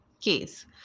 case